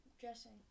dressing